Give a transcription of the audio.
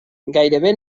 gairebé